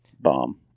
bomb